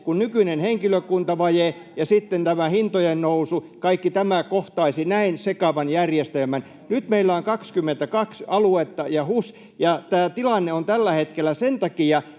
kun nykyinen henkilökuntavaje ja sitten tämä hintojen nousu, kaikki nämä, kohtaisivat näin sekavan järjestelmän. Nyt meillä on 22 aluetta ja HUS, ja tämä tilanne on tällä hetkellä sen takia